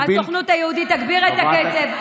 הסוכנות היהודית תגביר את הקצב,